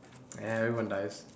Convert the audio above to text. everyone dies